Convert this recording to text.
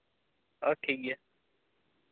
ᱦᱳᱭ ᱴᱷᱤᱠ ᱜᱮᱭᱟ